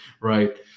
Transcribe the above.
right